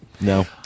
No